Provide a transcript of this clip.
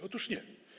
Otóż nie.